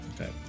Okay